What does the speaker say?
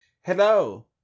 Hello